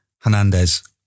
Hernandez